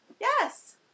Yes